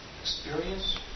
experience